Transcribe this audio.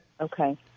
Okay